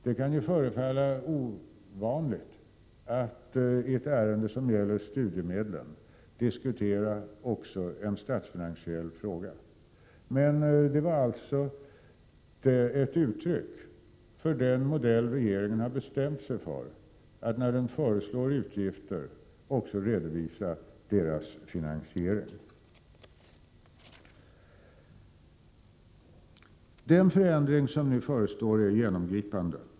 Det kan förefalla ovanligt att i samband med ett ärende som gäller studiemedlen också diskutera en statsfinansiell fråga. Men det var alltså ett uttryck för den modell som regering tillämpar, nämligen att den när den föreslår utgifter också redovisar finansiering. Den förändring som förestår är genomgripande.